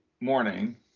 morning